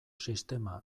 sistema